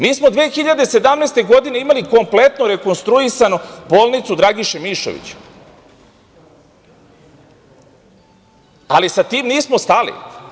Mi smo 2017. godine, imali kompletnu rekonstruisanu bolnicu Dragišu Mišović, ali sa tim nismo stali.